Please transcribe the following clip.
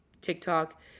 TikTok